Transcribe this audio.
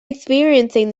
experiencing